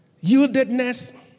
Yieldedness